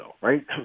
right